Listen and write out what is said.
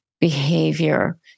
behavior